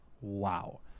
Wow